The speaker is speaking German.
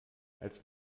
als